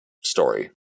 story